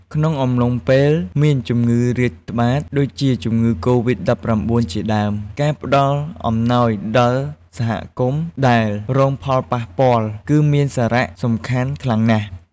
ក្នុងអំឡុងពេលមានជំងឺរាតត្បាត ដូចជាជំងឺកូវីដ-១៩ ជាដើម ការផ្តល់អំណោយដល់សហគមន៍ដែលរងផលប៉ះពាល់ គឺមានសារៈសំខាន់ខ្លាំងណាស់។